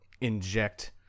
inject